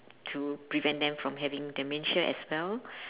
to prevent them from having dementia as well